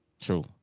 True